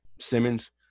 Simmons